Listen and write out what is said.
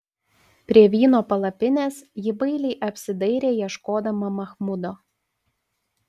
prie vyno palapinės ji bailiai apsidairė ieškodama machmudo